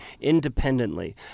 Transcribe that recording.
independently